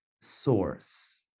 source